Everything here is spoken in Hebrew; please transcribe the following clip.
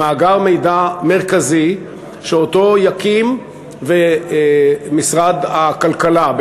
למאגר מידע מרכזי שיקים משרד הכלכלה,